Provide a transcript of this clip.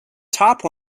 top